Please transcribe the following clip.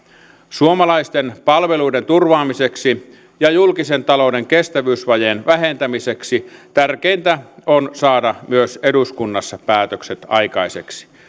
suomalaisten palveluiden turvaamiseksi ja julkisen talouden kestävyysvajeen vähentämiseksi tärkeintä on saada myös eduskunnassa päätökset aikaiseksi